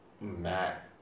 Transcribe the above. Matt